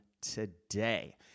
today